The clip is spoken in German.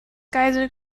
geisel